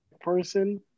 person